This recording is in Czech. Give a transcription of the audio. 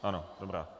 Ano, dobrá.